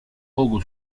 poco